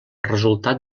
resultat